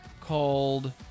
called